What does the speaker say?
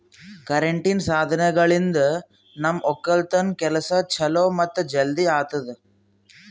ಕರೆಂಟಿನ್ ಸಾಧನಗಳಿಂದ್ ನಮ್ ಒಕ್ಕಲತನ್ ಕೆಲಸಾ ಛಲೋ ಮತ್ತ ಜಲ್ದಿ ಆತುದಾ